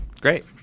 Great